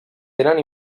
tenen